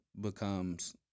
becomes